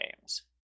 games